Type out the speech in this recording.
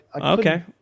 okay